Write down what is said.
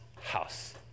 house